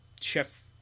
chef